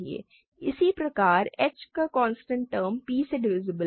इसी प्रकार h का कांस्टेंट टर्म p से डिवीसीब्ल है